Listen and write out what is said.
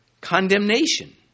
condemnation